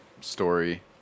story